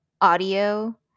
audio